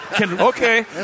Okay